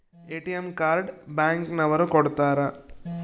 ATM card bank ನವರು ಕೊಡ್ತಾರ